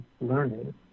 learning